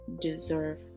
deserve